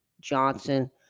Johnson